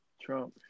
Trump